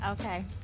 Okay